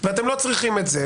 אתם לא צריכים את זה.